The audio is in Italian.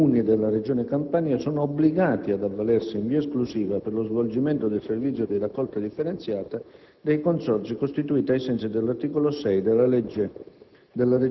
«I Comuni della Regione Campania sono obbligati ad avvalersi, in via esclusiva, per lo svolgimento del servizio di raccolta differenziata, dei Consorzi costituiti ai sensi dell'articolo 6 della legge